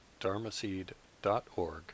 dharmaseed.org